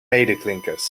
medeklinkers